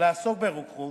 לעסוק ברוקחות,